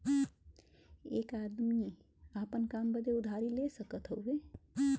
एक आदमी आपन काम बदे उधारी ले सकत हउवे